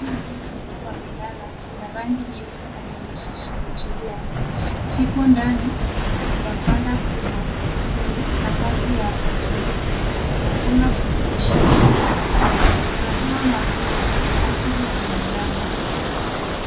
Ni ng'ombe wengi wamelala, zina rangi nyeupe na nyeusi zimetulia, zipo ndani ya banda kubwa zieney nafasi ya kujilisha, hakuna purugushani, zinatoa maziwa kwa ajili ya binadamu.